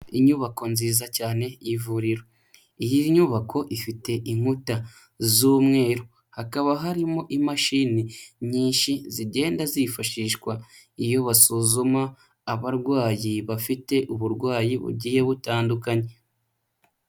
Inyubako nziza cyane y'ivuriro. Iyi nyubako ifite inkuta z'umweru, hakaba harimo imashini nyinshi zigenda zifashishwa iyo basuzuma abarwayi bafite uburwayi bugiye butandukanye.